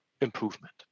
improvement